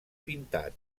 pintat